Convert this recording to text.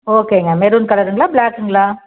ஓகேங்க மெரூன் கலருங்களா ப்ளாக்குங்களா